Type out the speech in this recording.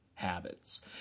Habits